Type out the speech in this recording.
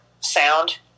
sound